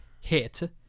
hit